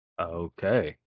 Okay